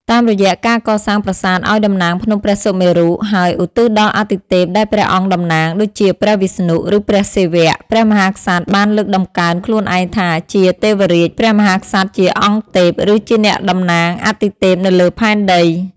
តាមរយៈការកសាងប្រាសាទឱ្យតំណាងភ្នំព្រះសុមេរុ ហើយឧទ្ទិសដល់អាទិទេពដែលព្រះអង្គតំណាង ដូចជាព្រះវិស្ណុ ឬព្រះសិវៈ ព្រះមហាក្សត្របានលើកតម្កើងខ្លួនឯងថាជា ទេវរាជ ព្រះមហាក្សត្រជាអង្គទេព ឬជាអ្នកតំណាងអាទិទេពនៅលើផែនដី។